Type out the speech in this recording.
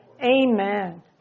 Amen